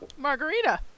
Margarita